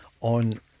on